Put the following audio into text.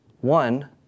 one